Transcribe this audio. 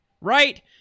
Right